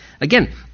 Again